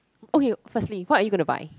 okay firstly what are you gonna buy